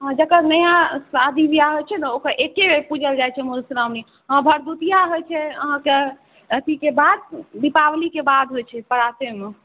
जकर नया शादी बिआह होइ छै ने ओ एके बेर पूजल जाइ छै मधुश्रावणी हँ भरदुतिआ होइ छै अहाँके अथीके बाद दीपावलीके बाद होइ छै प्रातेमे